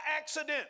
accident